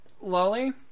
Lolly